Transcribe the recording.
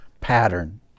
pattern